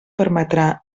permetrà